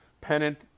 pennant